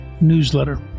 newsletter